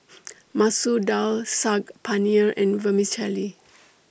Masoor Dal Saag Paneer and Vermicelli